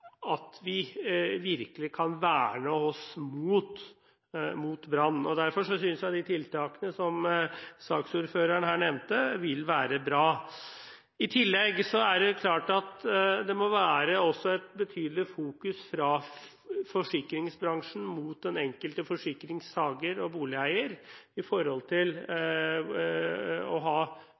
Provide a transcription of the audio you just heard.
at vi virkelig kan verne oss mot brann. Derfor synes jeg de tiltakene som saksordføreren her nevnte, vil være bra. I tillegg er det klart at det også må være et betydelig fokus fra forsikringsbransjen mot den enkelte forsikringstaker og boligeier, med tanke på god informasjon og det å ha